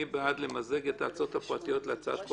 מי בעד למזג את ההצעות הפרטיות להצעת חוק,